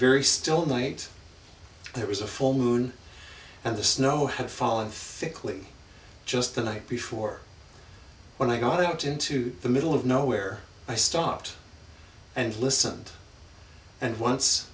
very still night there was a full moon and the snow had fallen thickly just the night before when i got out into the middle of nowhere i stopped and listened and once